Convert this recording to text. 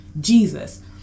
Jesus